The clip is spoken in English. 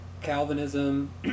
Calvinism